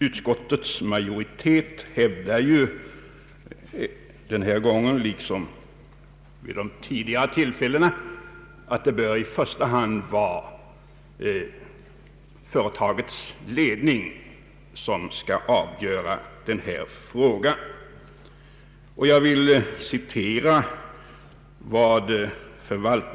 Utskottets majoritet hävdar denna gång liksom vid de tidigare tillfällena att det i första hand bör vara företagets ledning som skall avgöra om eller när huvudkontoret skall flyttas från Stockholm.